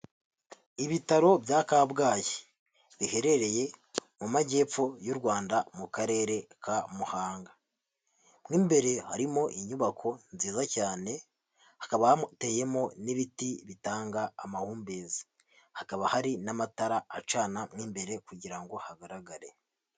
Ibitaro bya kabgayi biherereye mu Majyepfo y'u Rwanda mu karere ka Muhanga. Mu imbere harimo inyubako nziza cyane, hakaba hateyemo n'ibiti bitanga amahumbezi, hakaba hari n'amatara acana mu imbere kugira ngo hagaragare.